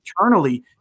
eternally